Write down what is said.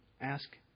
ask